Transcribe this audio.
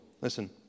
Listen